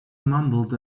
mumbled